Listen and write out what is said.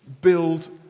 build